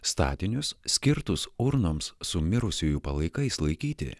statinius skirtus urnoms su mirusiųjų palaikais laikyti